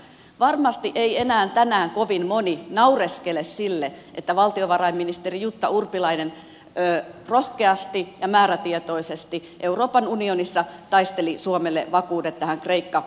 varmasti ei enää tänään kovin moni naureskele sille että valtiovarainministeri jutta urpilainen rohkeasti ja määrätietoisesti euroopan unionissa taisteli suomelle vakuudet tähän kreikka kakkostukipakettiin